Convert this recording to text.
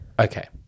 Okay